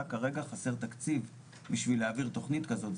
רק כרגע חסר תקציב בשביל להעביר תכנית כזאת,